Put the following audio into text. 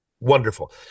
Wonderful